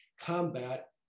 combat